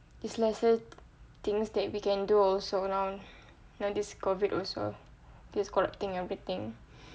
it's lesser things that we can do also now this COVID it's corrupting everything